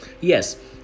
yes